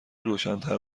روشنتر